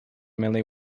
mainly